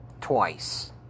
twice